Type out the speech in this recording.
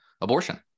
Abortion